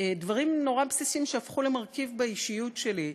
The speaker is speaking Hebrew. דברים נורא בסיסיים שהפכו למרכיב באישיות שלי.